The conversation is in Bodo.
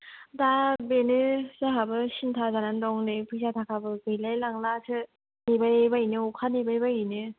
दा बेनो जोंहाबो सिनथा जानानै दं नै फैसा थाखाबो गैलाय लांलासो नेबाय बायैनो अखा नेबाय बायैनो